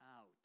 out